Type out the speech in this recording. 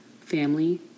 family